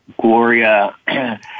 Gloria